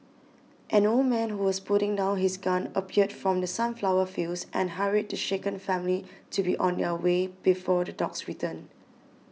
an old man who was putting down his gun appeared from the sunflower fields and hurried the shaken family to be on their way before the dogs return